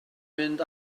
mynd